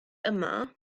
yma